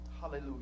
Hallelujah